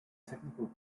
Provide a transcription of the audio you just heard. technical